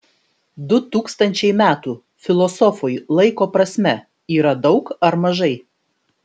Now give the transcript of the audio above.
du tūkstančiai metų filosofui laiko prasme yra daug ar mažai